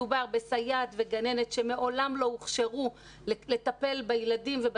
מדובר בסייעת ובגננת שמעולם לא הוכשרו לטפל בילדים עם